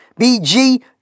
BG